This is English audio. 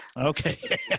Okay